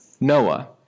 Noah